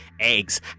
eggs